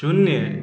शून्य